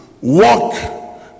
walk